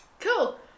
Cool